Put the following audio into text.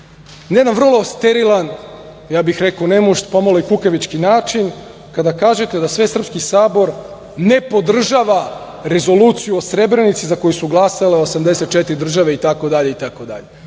jedan vrlo sterilan, ja bih rekao nemušt, pomalo i kukavički način, kada kažete da Svesrpski sabor ne podržava rezoluciju o Srebrenici za koju su glasale 84 države itd.